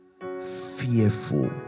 Fearful